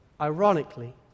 ironically